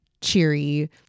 cheery